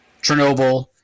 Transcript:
Chernobyl